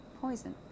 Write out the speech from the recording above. poison